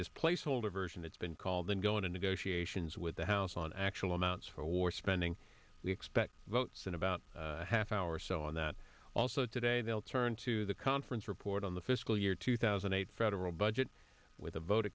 this placeholder version it's been called and go into negotiations with the house on actual amounts for war spending we expect votes in about a half hour or so on that also today they'll turn to the conference report on the fiscal year two thousand and eight federal budget with a vote